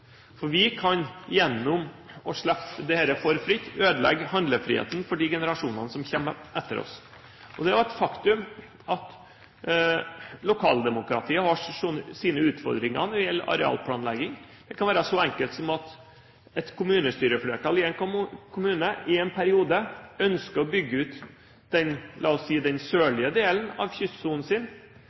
For vi kan, gjennom å slippe dette for fritt, ødelegge handlefriheten for de generasjonene som kommer etter oss. Det er også et faktum at lokaldemokratiet har sine utfordringer når det gjelder arealplanlegging. Det kan være så enkelt som at et kommunestyreflertall i en kommune i en periode ønsker å bygge ut den sørlige delen av kystsonen sin, mens kommunestyret i perioden etterpå ønsker å bygge ut den nordlige delen av kystsonen